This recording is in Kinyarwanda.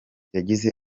yagize